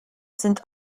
sind